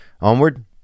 Onward